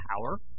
power